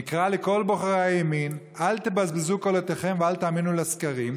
נקרא לכל בוחרי הימין: אל תבזבזו קולותיכם ואל תאמינו לסקרים,